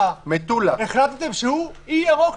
החלטתם שהוא אי ירוק,